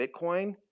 bitcoin